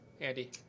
Andy